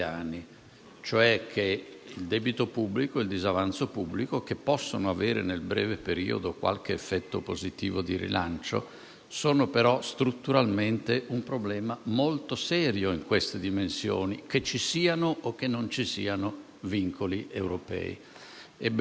cioè che il debito pubblico e il disavanzo pubblico, che possono avere nel breve periodo qualche effetto positivo di rilancio, sono però strutturalmente un problema molto serio in queste dimensioni, che ci siano o che non ci siano vincoli europei.